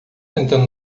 tentando